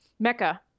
Mecca